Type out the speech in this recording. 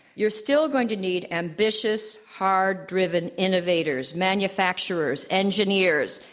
you're still going to need ambitious, hard-driven innovators, manufacturers, engineers,